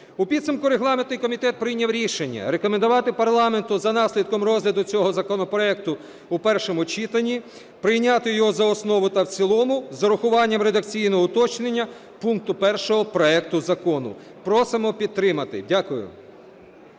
У підсумку регламентний комітет прийняв рішення рекомендувати парламенту за наслідком розгляду цього законопроекту в першому читанні прийняти його за основу та в цілому з урахуванням редакційного уточнення пункту 1 проекту закону. Просимо підтримати. Дякую.